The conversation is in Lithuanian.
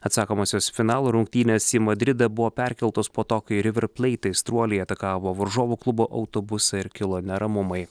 atsakomosios finalo rungtynės į madridą buvo perkeltos po to kai revarplait aistruoliai atakavo varžovų klubo autobusą ir kilo neramumai